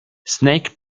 snake